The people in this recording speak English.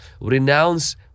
renounce